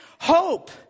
Hope